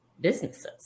businesses